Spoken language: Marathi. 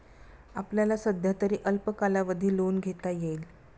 आपल्याला सध्यातरी अल्प कालावधी लोन घेता येईल